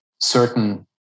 certain